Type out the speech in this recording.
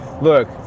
look